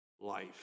life